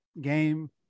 game